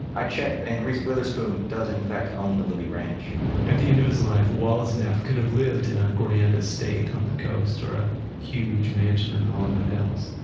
i checked, and reese witherspoon does, in fact, own the libbey ranch at the end of his life, wallace neff could have lived in a grand estate on the coast or a huge mansion on the hollywood hills.